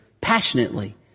passionately